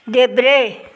देब्रे